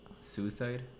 suicide